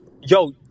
yo